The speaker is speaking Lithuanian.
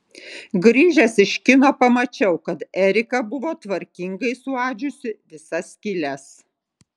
grįžęs iš kino pamačiau kad erika buvo tvarkingai suadžiusi visas skyles